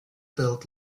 build